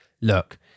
look